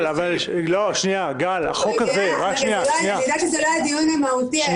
אני יודעת שזה לא הדיון המהותי --- ואני אתייחס.